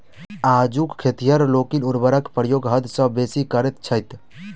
आजुक खेतिहर लोकनि उर्वरकक प्रयोग हद सॅ बेसी करैत छथि